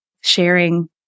sharing